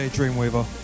Dreamweaver